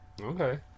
Okay